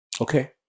okay